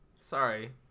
sorry